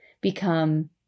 become